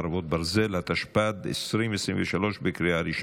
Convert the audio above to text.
חרבות ברזל),